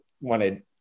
wanted